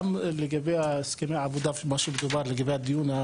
גם לגבי הסכמי העבודה וגם לגבי הדיון,